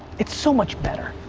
it's so much better.